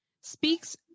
speaks